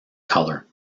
color